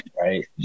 right